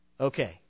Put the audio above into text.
Okay